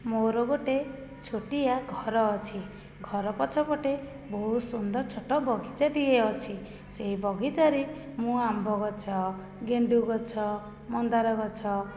ମୋର ଗୋଟେ ଛୋଟିଆ ଘର ଅଛି ଘର ପଛପଟେ ବହୁତ ସୁନ୍ଦର ଛୋଟ ବାଗିଚାଟିଏ ଅଛି ସେଇ ବଗିଚାରେ ମୁଁ ଆମ୍ବଗଛ ଗେଣ୍ଡୁଗଛ ମନ୍ଦାରଗଛ